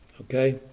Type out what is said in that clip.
Okay